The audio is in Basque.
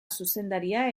zuzendaria